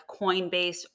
Coinbase